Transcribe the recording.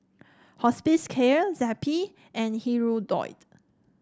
Hospicare Zappy and Hirudoid